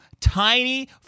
tiny